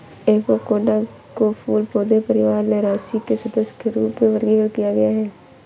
avocado को फूल पौधे परिवार लौरासी के सदस्य के रूप में वर्गीकृत किया गया है